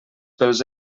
pels